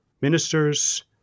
ministers